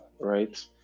right